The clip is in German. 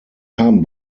haben